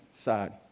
side